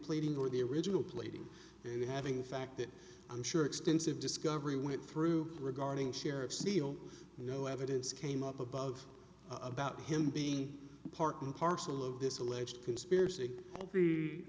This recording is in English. pleading or the original pleading and having fact that i'm sure extensive discovery went through regarding sheriff seal no evidence came up above about him being part and parcel of this alleged conspiracy all the